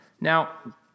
Now